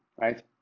right